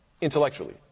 intellectually